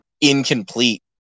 incomplete